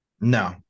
No